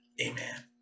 amen